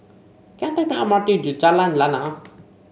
can I take the M R T to Jalan Lana